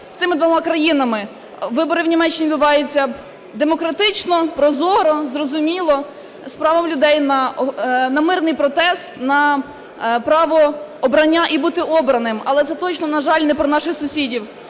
цими двома країнами. Вибори в Німеччині відбуваються демократично, прозоро, зрозуміло, з правом людей на мирний протест, на право обрання і бути обраним. Але це точно, на жаль, не про наших сусідів.